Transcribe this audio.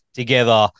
together